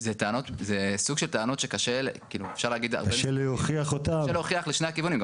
זה סוג של טענות שקשה להוכיח אותן לשני הכיוונים,